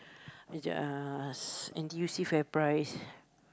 the just N_T_U_C Fairprice